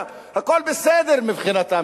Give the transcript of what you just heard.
והכול בסדר מבחינתם,